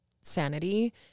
sanity